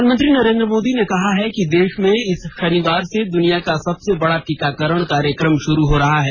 प्रधानमंत्री नरेन्द्र मोदी ने कहा है कि देश में इस शनिवार से दुनिया का सबसे बड़ा टीकाकरण कार्यक्रम शुरू हो रहा है